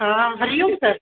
हा हरिओम सर